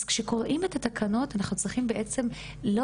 אז כשקוראים את התקנות אנחנו צריכים בעצם לא